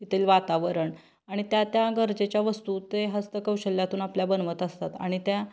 तेथील वातावरण आणि त्या त्या गरजेच्या वस्तू ते हस्तकौशल्यातून आपल्या बनवत असतात आणि त्या